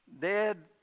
Dead